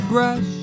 Brush